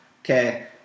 Okay